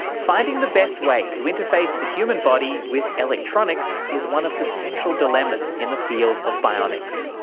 finding the best way to interface the human body with electronics is one of the central dilemmas in the field of bionics.